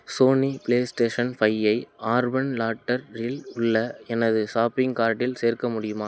Sony play station ஃபையை Urban லாட்டெர்ரில் உள்ள எனது ஷாப்பிங் கார்டில் சேர்க்க முடியுமா